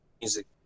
music